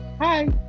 Hi